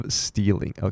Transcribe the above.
stealing